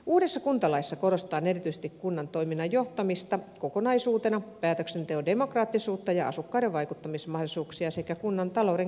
uudessa kuntalaissa korostetaan erityisesti kunnan toiminnan johtamista kokonaisuutena päätöksenteon demokraattisuutta ja asukkaiden vaikuttamismahdollisuuksia sekä kunnan talouden kestävyyttä